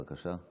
בבקשה.